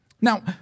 Now